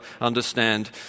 understand